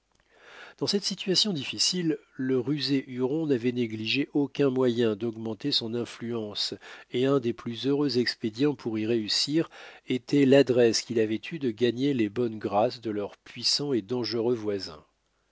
dans cette situation difficile le rusé huron n'avait négligé aucun moyen d'augmenter son influence et un des plus heureux expédients pour y réussir était l'adresse qu'il avait eue de gagner les bonnes grâces de leurs puissants et dangereux voisins